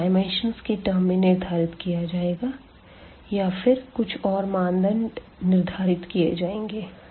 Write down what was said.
यह डायमेंशन की टर्म्स में निर्धारित किया जाएगा या फिर कुछ और मानदंड निर्धारित किए जाएंगे